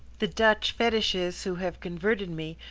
the dutch fetiches, who have converted me,